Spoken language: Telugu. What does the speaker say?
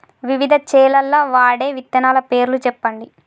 వివిధ చేలల్ల వాడే విత్తనాల పేర్లు చెప్పండి?